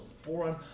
foreign